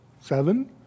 seven